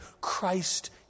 Christ